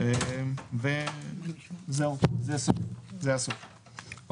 עצמם באמצעות ת"ז/דרכון ________________ ולאחר שהזהרתי אותם כי